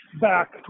Back